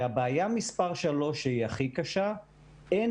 בעיה מספר שלוש היא הקשר ביותר והיא שאין